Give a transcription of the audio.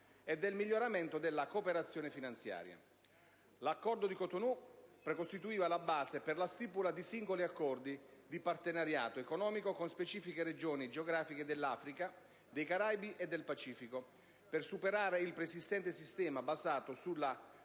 e del miglioramento della cooperazione finanziaria. L'Accordo di Cotonou precostituiva la base per la stipula di singoli accordi di partenariato economico con specifiche regioni geografiche dell'Africa, dei Caraibi e del Pacifico, per superare il preesistente sistema basato sulla